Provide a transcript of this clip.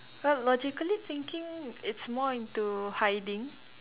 well logically thinking it's more into hiding